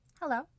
Hello